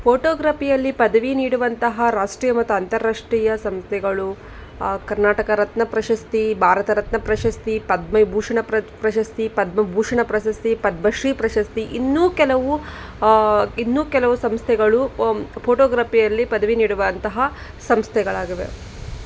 ಫೋಟೋಗ್ರಪಿಯಲ್ಲಿ ಪದವಿ ನೀಡುವಂತಹ ರಾಷ್ಟ್ರೀಯ ಮತ್ತು ಅಂತಾರಾಷ್ಟ್ರೀಯ ಸಂಸ್ಥೆಗಳು ಕರ್ನಾಟಕ ರತ್ನ ಪ್ರಶಸ್ತಿ ಭಾರತ ರತ್ನ ಪ್ರಶಸ್ತಿ ಪದ್ಮವಿಭೂಷಣ ಪ್ರಶಸ್ತಿ ಪದ್ಮಭೂಷಣ ಪ್ರಶಸ್ತಿ ಪದ್ಮಶ್ರೀ ಪ್ರಶಸ್ತಿ ಇನ್ನೂ ಕೆಲವು ಇನ್ನೂ ಕೆಲವು ಸಂಸ್ಥೆಗಳು ಪೋಟೋಗ್ರಪಿಯಲ್ಲಿ ಪದವಿ ನೀಡುವಂತಹ ಸಂಸ್ಥೆಗಳಾಗಿವೆ